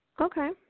Okay